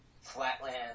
Flatland